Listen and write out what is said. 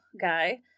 guy